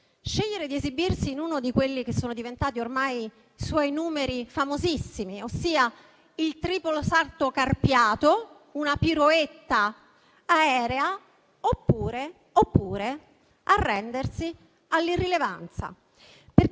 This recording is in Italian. scegliere di esibirsi in uno di quelli che sono diventati ormai suoi numeri famosissimi, ossia il triplo salto carpiato, una piroetta aerea, oppure arrendersi all'irrilevanza.